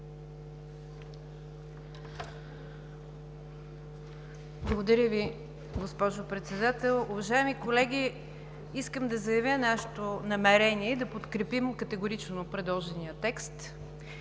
Благодаря Ви, госпожо Председател. Уважаеми колеги, искам да заявя нашето намерение да подкрепим категорично предложения текст.